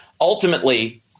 Ultimately